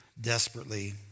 desperately